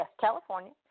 California